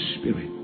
Spirit